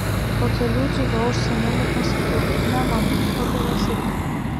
po kelių dziudo užsiėmimų pasakiau ne mano futbolas irgi ne